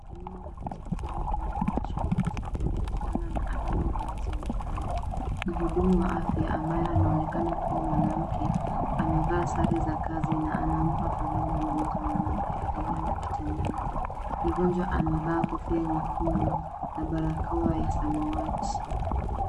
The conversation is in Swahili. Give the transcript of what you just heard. Eneo la hospitali, Kenyatta National Hospital kutokana na alama zinazoonekana. Mhudumu wa afya ambaye anaonekana kuwa mwanamke, amevaa sare za kazi na anampa faraja mgonjwa mwanamke aliyelala kitandani. Mgonjwa amevaa kofia nyekundu na barakoa ya samawati